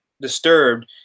disturbed